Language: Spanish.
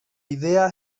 idea